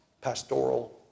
pastoral